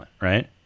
right